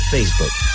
Facebook